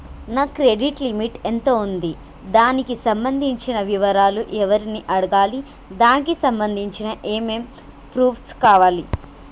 నా credit limit ఎంత ఉంది? దానికి సంబంధించిన వివరాలు ఎవరిని అడగాలి? దానికి సంబంధించిన ఏమేం ప్రూఫ్స్ కావాలి?